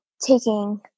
taking